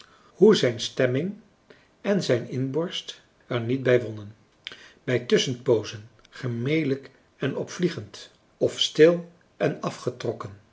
hoe zijn stemming en zijn inborst er niet bij wonnen bij tusschenpoozen gemelijk en opvliegend of stil en afgetrokken